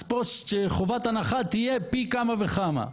אז פה שחובת ההנחה תהיה פי כמה וכמה.